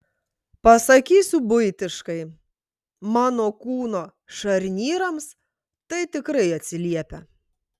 pasakysiu buitiškai mano kūno šarnyrams tai tikrai atsiliepia